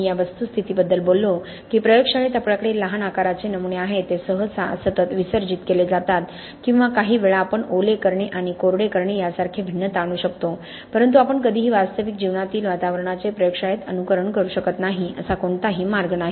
मी या वस्तुस्थितीबद्दल बोललो की प्रयोगशाळेत आपल्याकडे लहान आकाराचे नमुने आहेत ते सहसा सतत विसर्जित केले जातात किंवा काहीवेळा आपण ओले करणे आणि कोरडे करणे यासारखे भिन्नता आणू शकतो परंतु आपण कधीही वास्तविक जीवनातील वातावरणाचे प्रयोगशाळेत अनुकरण करू शकत नाही असा कोणताही मार्ग नाही